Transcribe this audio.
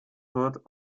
wird